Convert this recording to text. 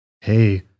Hey